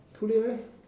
too late